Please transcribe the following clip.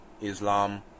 Islam